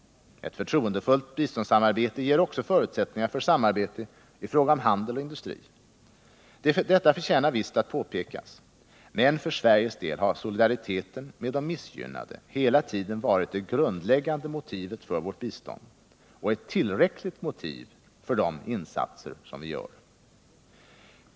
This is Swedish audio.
Ett förtroendefullt biståndssamarbete ger också förutsättningar för samarbete i fråga om handel och industri. Detta förtjänar visst att påpekas, men för Sveriges del har solidariteten med de missgynnade hela tiden varit det grundläggande motivet för vårt bistånd och ett tillräckligt motiv för de insatser som vi gör.